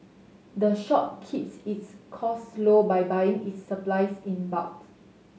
the shop keeps its costs low by buying its supplies in bulk